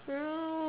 girl